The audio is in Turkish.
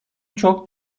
çok